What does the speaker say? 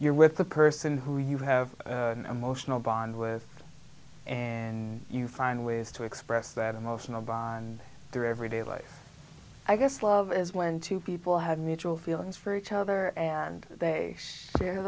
you're with the person who you have an emotional bond with and you find ways to express that emotional bond directory daylight i guess love is when two people have mutual feelings for each other and they sha